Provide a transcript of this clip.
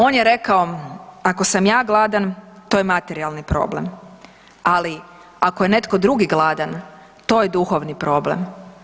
On je rekao ako sam ja gladan, to je materijalni problem, ali ako je netko drugi gladan to je duhovni problem.